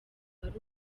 ari